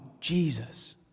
Jesus